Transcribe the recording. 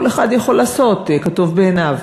כל אחד יכול לעשות כטוב בעיניו.